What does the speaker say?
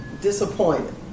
disappointed